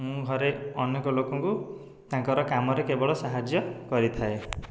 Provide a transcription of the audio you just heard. ମୁଁ ଘରେ ଅନେକ ଲୋକଙ୍କୁ ତାଙ୍କର କାମରେ କେବଳ ସାହାଯ୍ୟ କରିଥାଏ